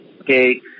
Okay